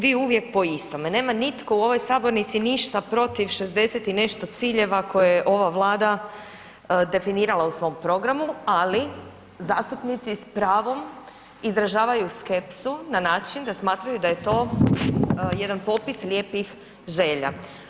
Vi uvijek po istome, nema nitko u ovoj sabornici ništa protiv 60 i nešto ciljeva koje je ova Vlada definirala u svom programu, ali zastupnici s pravom izražavaju skepsu na način da je to jedan popis lijepih želja.